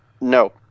no